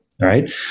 right